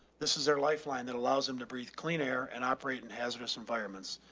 this is their lifeline that allows him to breathe clean air and operate in hazardous environments.